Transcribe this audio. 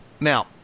Now